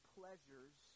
pleasures